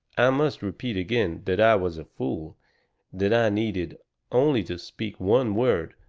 i must repeat again that i was a fool that i needed only to speak one word,